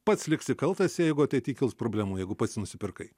pats liksi kaltas jeigu ateity kils problemų jeigu pats jį nusipirkai